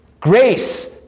grace